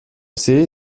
see